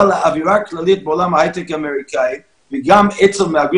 אבל האווירה הכללית בעולם ההייטק האמריקאי וגם עצם מהגרים